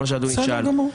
בסדר גמור.